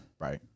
Right